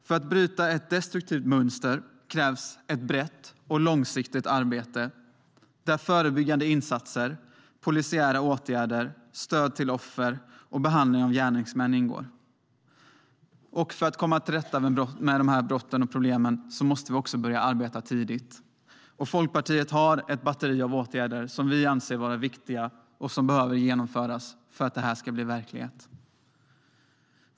För att bryta ett destruktivt mönster krävs ett brett och långsiktigt arbete där förebyggande insatser, polisiära åtgärder, stöd till offer och behandling av gärningsmän ingår. För att komma till rätta med dessa brott och problem måste vi också börja arbeta tidigt. Folkpartiet har ett batteri av åtgärder som vi anser vara viktiga och som behöver genomföras för att detta ska bli verklighet.